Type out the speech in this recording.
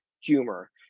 humor